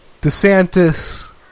DeSantis